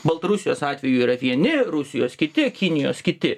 baltarusijos atveju yra vieni rusijos kiti kinijos kiti